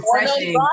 refreshing